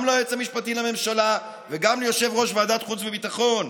גם ליועץ המשפטי לממשלה וגם ליושב-ראש ועדת החוץ והביטחון,